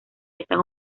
están